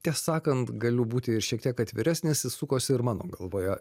tiesą sakant galiu būti ir šiek tiek atviresnis jis sukosi ir mano galvoje